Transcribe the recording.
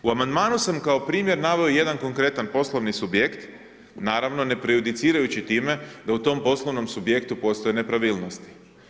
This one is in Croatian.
U Amandmanu sam kao primjer naveo jedan konkretan poslovni subjekt, naravno, ne prejudicirajući time da u tom poslovnom subjektu postoje nepravilnosti.